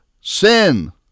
sin